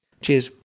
cheers